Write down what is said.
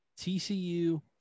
TCU –